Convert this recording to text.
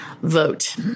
vote